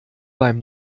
beim